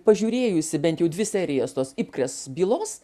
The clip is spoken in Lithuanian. pažiūrėjusi bent jau dvi serijas tos ipkres bylos